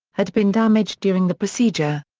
had been damaged during the procedure.